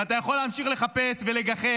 ואתה יכול להמשיך לחפש ולגחך,